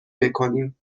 بکنیم